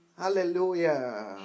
Hallelujah